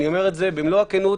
אני אומר את זה במלוא הכנות,